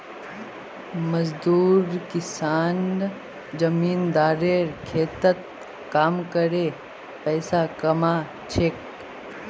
मजदूर किसान जमींदारेर खेतत काम करे पैसा कमा छेक